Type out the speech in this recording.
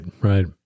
right